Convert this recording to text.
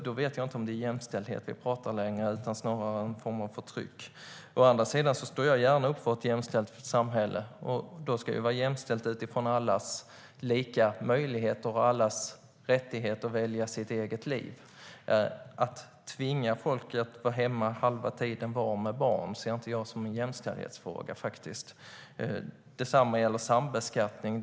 Då vet jag inte om det är jämställdhet vi pratar om längre eller om det snarare än en form av förtryck. Å andra sidan står jag gärna upp för ett jämställt samhälle. Då ska det vara jämställt utifrån allas lika möjligheter och allas rättighet att välja sitt eget liv. Att tvinga folk att vara hemma halva tiden var med barn ser jag inte som en jämställdhetsfråga. Detsamma gäller sambeskattning.